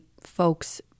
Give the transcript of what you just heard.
folks